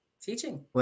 Teaching